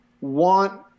want